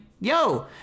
yo